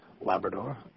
Labrador